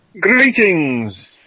Greetings